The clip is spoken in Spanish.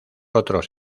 otros